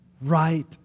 Right